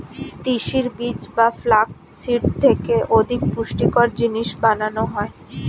তিসির বীজ বা ফ্লাক্স সিড থেকে অধিক পুষ্টিকর জিনিস বানানো হয়